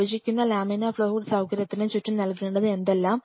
വിഭജിക്കുന്ന laminar flow hood സൌകര്യത്തിന് ചുറ്റും നൽകേണ്ടത് എന്തെല്ലാം